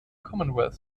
commonwealth